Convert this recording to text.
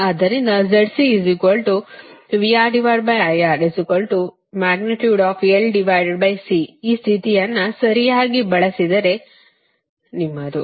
ಆದ್ದರಿಂದ ಈ ಸ್ಥಿತಿಯನ್ನು ಸರಿಯಾಗಿ ಬಳಸಿದರೆ ನಿಮ್ಮದು